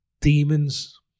demons